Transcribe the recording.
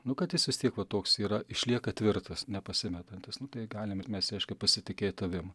nu kad jis vis tiek va toks yra išlieka tvirtas nepasimetantis nu tai galim ir mes reiškia pasitikėt tavim